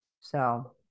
So-